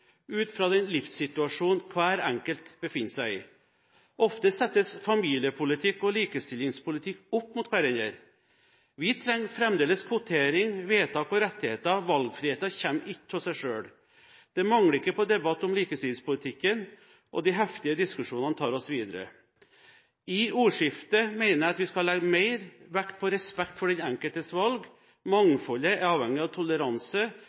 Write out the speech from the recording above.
ut fra den livssituasjonen hver enkelt befinner seg i. Ofte settes familiepolitikk og likestillingspolitikk opp mot hverandre. Vi trenger fremdeles kvotering, vedtak og rettigheter – valgfriheten kommer ikke av seg selv. Det mangler ikke på debatt om likestillingspolitikken, og de heftige diskusjonene tar oss videre. I ordskiftet mener jeg at vi skal legge mer vekt på respekt for den enkeltes valg. Mangfoldet er avhengig av toleranse.